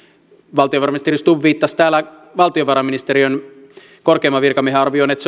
valtiovarainministeri stubb viittasi täällä valtiovarainministeriön korkeimman virkamiehen arvioon että